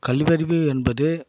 கல்வியறிவு என்பது